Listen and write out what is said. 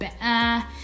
better